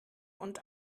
und